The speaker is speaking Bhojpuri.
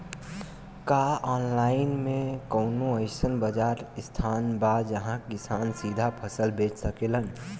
का आनलाइन मे कौनो अइसन बाजार स्थान बा जहाँ किसान सीधा फसल बेच सकेलन?